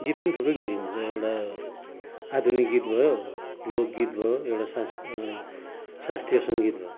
गीत पनि थुप्रै किसिमको हुन्छ एउटा आधुनिक गीत भयो लोक गीत भयो एउटा शास् शास्त्रीय सङ्गीत भयो